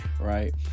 right